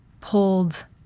pulled